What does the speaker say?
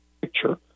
picture